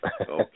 Okay